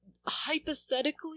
hypothetically